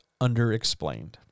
underexplained